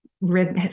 rhythm